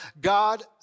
God